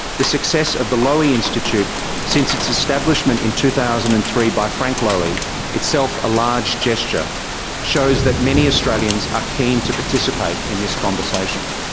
the success of the lowy institute since its establishment in two thousand and three by frank lowy itself a large gesture shows that many australians are keen to participate in this conversation.